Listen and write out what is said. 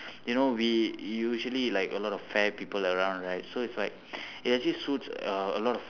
you know we usually like a lot of fair people around right so it's like it actually suits uh a lot of